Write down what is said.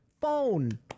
phone